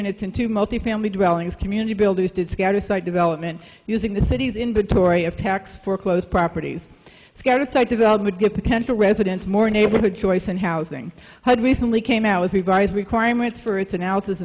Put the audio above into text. units into multi family dwellings community builders did scatter site development using the city's inventory of tax foreclosed properties scouted site development give potential residents more neighborhood choice and housing hud recently came out with revised requirements for its an